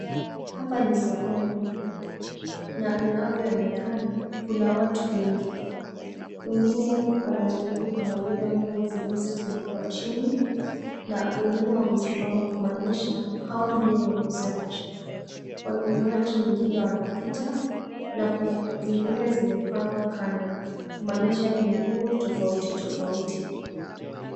Hapa ni sokoni. Na inavyoonekana, kuna watu wengi. Wengine wanajaribu kuangalia nguo zilizotandikwa chini na wengine wamesimama kumaanisha hao ndio wauzaji. Wanunuaji wengine wanapita, na kuna zingine zimepangwa kando kumaanisha ni nguo tofauti tofauti.